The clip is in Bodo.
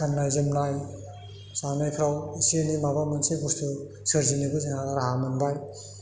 गाननाय जोमनाय जानायफ्राव एसे एनै माबा मोनसे बुस्थु सोरजिनोबो जोंहा राहा मोनबाय